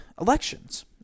elections